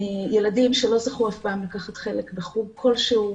ילדים שלא זכו אף פעם לקחת חלק בחוג כלשהו,